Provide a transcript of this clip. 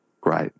great